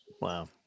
Wow